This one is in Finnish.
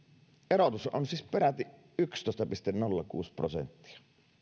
erotus on siis peräti yksitoista pilkku nolla kuusi prosenttia